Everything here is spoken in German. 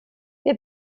wir